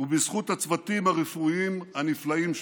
ובזכות הצוותים הרפואיים הנפלאים שלנו.